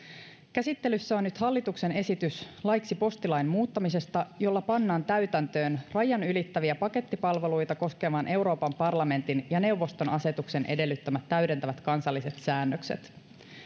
käsittelyssä on nyt hallituksen esitys laiksi postilain muuttamisesta jolla pannaan täytäntöön rajat ylittäviä pakettipalveluita koskevan euroopan parlamentin ja neuvoston asetuksen edellyttämät täydentävät kansalliset säännökset